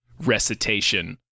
recitation